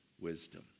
wisdom